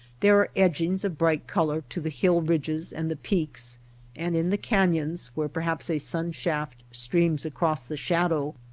there are edgings of bright color to the hill-ridges and the peaks and in the canyons, where perhaps a sunshaft streams across the shadow,